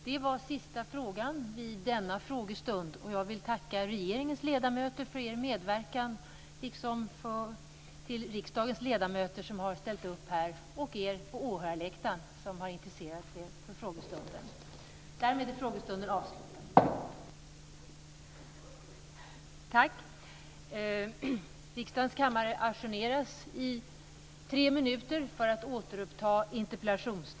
Det var sista frågan vid denna frågestund. Jag vill tacka regeringens ledamöter liksom riksdagens ledamöter för er medverkan. Jag vill även tacka er på åhörarläktaren som har intresserat er för frågestunden. Därmed är frågestunden avslutad.